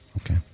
Okay